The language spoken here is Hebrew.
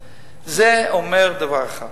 זה אומר דבר אחד,